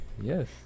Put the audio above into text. Yes